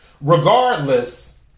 Regardless